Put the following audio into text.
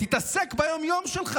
תתעסק ביום-יום שלך.